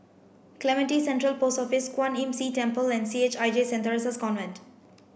Clementi Central Post Office Kwan Imm See Temple and C H I J center Theresa's Convent